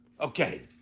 Okay